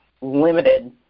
limited